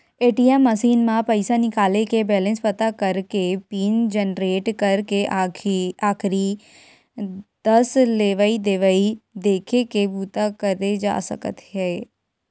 ATM machine म पइसा निकाले के, बेलेंस पता करे के, पिन जनरेट करे के, आखरी दस लेवइ देवइ देखे के बूता करे जा सकत हे